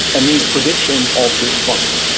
and these predictions all proved bunk.